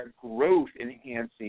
growth-enhancing